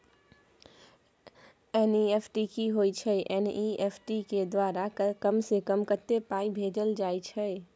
NEFT की होय छै एन.ई.एफ.टी के द्वारा कम से कम कत्ते पाई भेजल जाय छै?